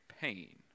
pain